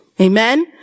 Amen